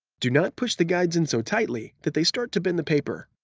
do not push the guides in so tightly that they start to bend the paper.